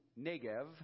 Negev